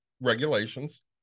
regulations